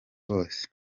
bose